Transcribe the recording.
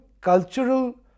cultural